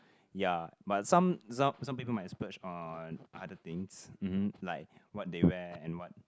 ya but some some some people might splurge on other things uh like what they wear and what